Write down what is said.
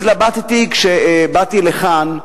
התלבטתי כשבאתי לכאן,